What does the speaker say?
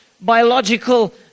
biological